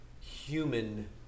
human